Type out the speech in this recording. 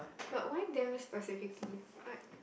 but why them specifically like